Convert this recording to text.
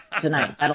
tonight